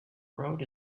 road